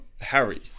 Harry